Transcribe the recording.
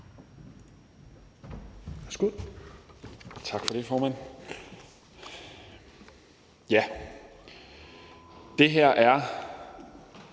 Tak for det, formand. Det her er